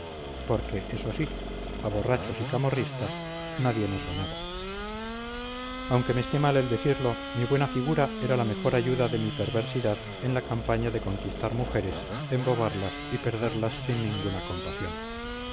porque eso sí a borrachos y camorristas nadie nos ganaba aunque me esté mal el decirlo mi buena figura era la mejor ayuda de mi perversidad en la campaña de conquistar mujeres embobarlas y perderlas sin ninguna compasión